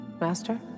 master